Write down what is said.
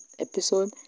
episode